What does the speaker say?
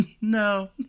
No